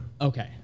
okay